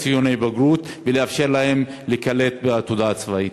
גם הצבא מפסיד בנקודה הזאת,